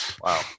Wow